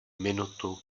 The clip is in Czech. minutu